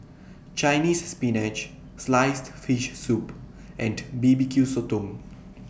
Chinese Spinach Sliced Fish Soup and B B Q Sotong